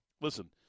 Listen